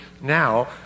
now